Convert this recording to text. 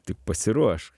tik pasiruošk